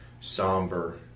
somber